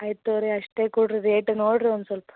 ಆಯ್ತು ತಗೋರಿ ಅಷ್ಟೆ ಕೊಡ್ರಿ ರೇಟ್ ನೋಡಿರಿ ಒಂದು ಸ್ವಲ್ಪ